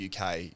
UK